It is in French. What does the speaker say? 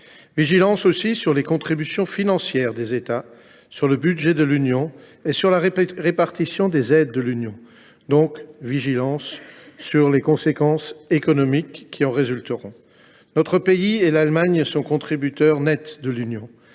qui concerne les contributions financières des États, le budget de l’Union et la répartition des aides européennes, donc vigilance sur les conséquences économiques qui en résulteront. Notre pays et l’Allemagne sont contributeurs nets de l’Union